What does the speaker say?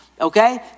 okay